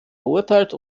verurteilt